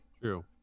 true